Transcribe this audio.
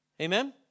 Amen